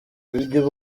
ibyo